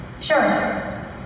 Sure